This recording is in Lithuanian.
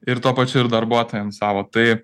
ir tuo pačiu ir darbuotojams savo tai